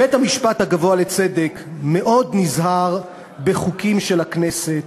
בית-המשפט הגבוה לצדק מאוד נזהר בפסילת חוקים של הכנסת